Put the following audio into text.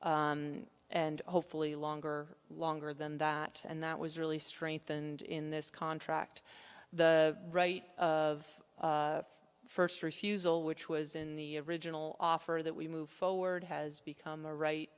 years and hopefully longer longer than that and that was really strengthened in this contract the right of first refusal which was in the original offer that we move forward has become the right